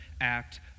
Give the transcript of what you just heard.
act